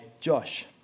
Josh